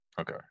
Okay